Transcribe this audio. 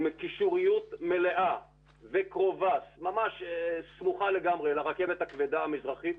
עם קישוריות מלאה וקרובה ממש סמוכה לגמרי לרכבת הסמוכה המרכזית,